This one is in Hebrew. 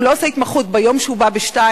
הוא לא עושה התמחות ביום שהוא בא ב-14:00,